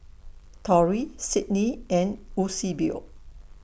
Torey Cydney and Eusebio